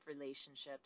relationships